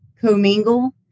co-mingle